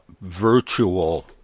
virtual